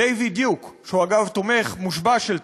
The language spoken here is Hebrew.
דייוויד דיוק, שהוא, אגב, תומך מושבע של טראמפ.